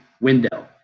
window